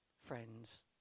Friends